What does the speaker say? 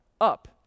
up